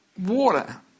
water